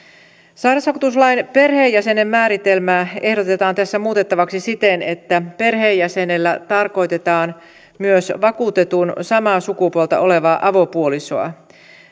sairausvakuutuslain perheenjäsenen määritelmä ehdotetaan tässä muutettavaksi siten että perheenjäsenellä tarkoitetaan myös vakuutetun samaa sukupuolta olevaa avopuolisoa